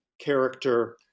character